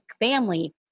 family